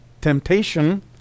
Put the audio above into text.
temptation